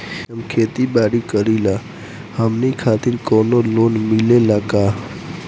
हम खेती बारी करिला हमनि खातिर कउनो लोन मिले ला का?